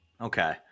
Okay